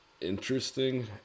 interesting